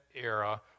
era